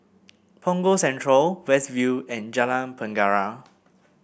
Punggol Central West View and Jalan Penjara